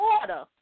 order